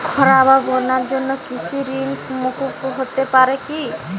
খরা বা বন্যার জন্য কৃষিঋণ মূকুপ হতে পারে কি?